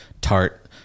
tart